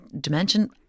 dimension